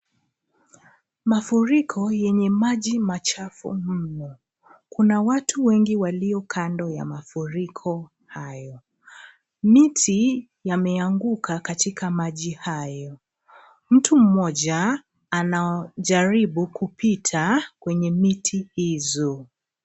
Mafuriko yenye maji machafu mno. Kuna watu wengi waliokando ya mafuriko hayo. miti yameanguka katika maji hayo. Mtu mmoja anajaribu kupita kwenye miti hizo.